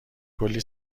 کلی